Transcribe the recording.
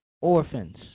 orphans